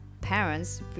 parents